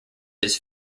his